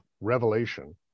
revelation